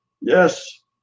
Yes